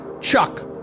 Chuck